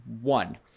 one